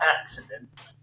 accident